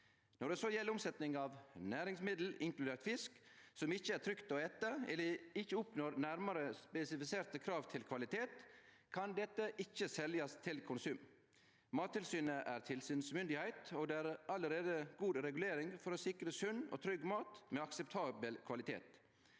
Når det så gjeld omsetning av næringsmiddel, inkludert fisk, som ikkje er trygge å ete eller ikkje oppnår nærmare spesifiserte krav til kvalitet, kan desse ikkje seljast til konsum. Mattilsynet er tilsynsmyndigheit, og det er allereie god regulering for å sikre sunn og trygg mat med akseptabel kvalitet.